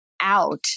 out